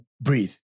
breathe